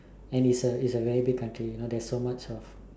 and it's a it's a very big country you know there's so much of